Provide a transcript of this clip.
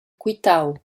quitau